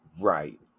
Right